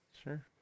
Sure